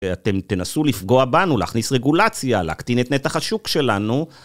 אתם תנסו לפגוע בנו, להכניס רגולציה, להקטין את נתח השוק שלנו.